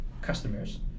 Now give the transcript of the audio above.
customers